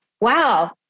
wow